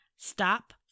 Stop